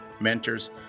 mentors